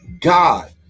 God